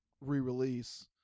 re-release